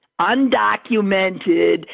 undocumented